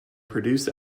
produce